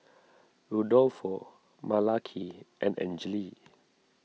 Rudolfo Malaki and Angele